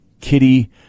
kitty